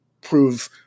prove